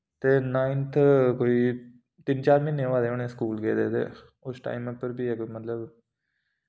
ते नाइन्थ कोई तिन चार म्हीने होए दे होने स्कूल गेदे ते उस टाइम उप्पर बी इक मतलब